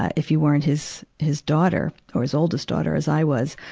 if you weren't his, his daughter or his oldest daughter, as i was.